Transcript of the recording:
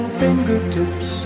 fingertips